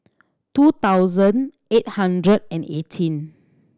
two thousand eight hundred and eighteen